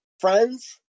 friends